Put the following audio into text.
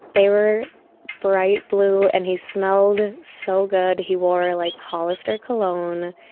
they were bright blue. and he smelled so good. he wore like hollister cologne.